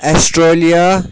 Australia